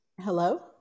Hello